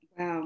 Wow